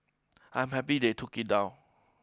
I'm happy they took it down